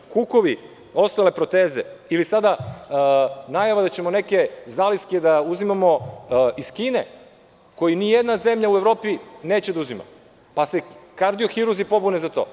Kukovi, ostale proteze ili sada najava da ćemo neke zaliske da uzimamo iz Kine, koje nijedna zemlja u Evropi neće da uzima, pa se kardiohirurzi pobune za to.